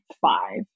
five